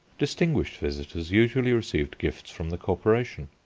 distinguished visitors usually received gifts from the corporation.